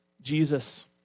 Jesus